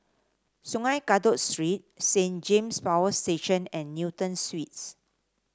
Sungei Kadut Street Saint James Power Station and Newton Suites